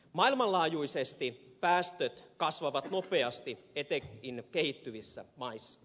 maailmanlaajuisesti päästöt kasvavat nopeasti etenkin kehittyvissä maissa